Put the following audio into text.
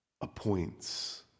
appoints